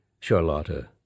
Charlotta